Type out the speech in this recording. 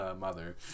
mother